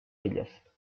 ellas